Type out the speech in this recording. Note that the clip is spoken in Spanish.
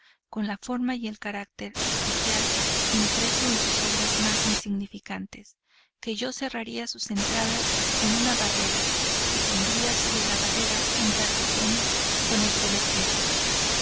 con la forma y el carácter especial impreso en sus obras más insignificantes que yo cerraría sus entradas con una barrera y pondría sobre la barrera un tarjetón con este letrero